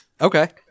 Okay